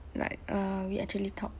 like uh we actually talked